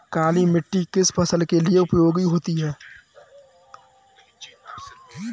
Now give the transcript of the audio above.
काली मिट्टी किस फसल के लिए उपयोगी होती है?